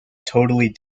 totally